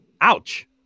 ouch